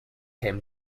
him